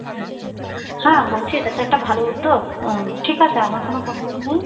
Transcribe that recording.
আচ্ছা আচ্ছা হ্যাঁ বলছি এটা তো একটা ভালো উদ্যোগ ঠিক আছে আমার কোনো প্রবলেম নেই